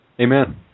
Amen